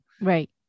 Right